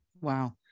Wow